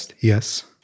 yes